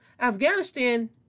Afghanistan